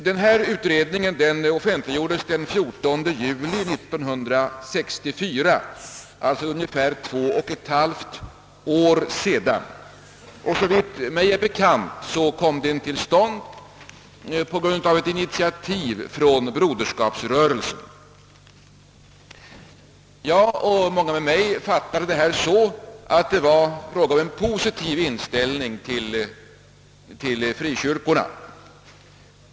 Betänkandet offentliggjordes den 14 juli år 1964, alltså för ungefär 21/> år sedan. Såvitt mig är bekant kom utredningen till stånd på grund av ett initiativ från broderskapsrörelsen, och jag och många med mig fattade utredningens förslag så, att det var fråga om en positiv inställning till frikyrkorna.